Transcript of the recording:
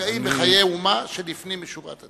רגעים בחיי אומה, שלפנים משורת הדין.